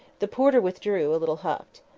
the porter withdrew, a little huffed.